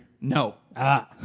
No